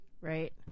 right